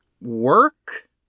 work